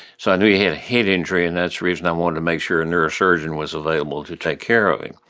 so i knew he had a head injury, and that's the reason i wanted to make sure a neurosurgeon was available to take care of him.